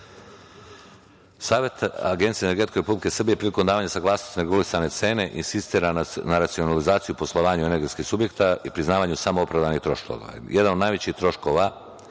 Agencije za energetiku Republike Srbije prilikom davanja saglasnosti za regulisanje cene insistira na racionalizaciji u poslovanju energetskog subjekta i priznavanju samoopravdanih troškova. Jedan od najvećih troškova